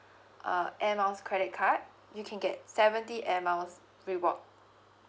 uh air miles credit card you can get seventy air miles reward